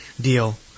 deal